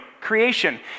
Creation